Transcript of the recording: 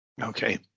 okay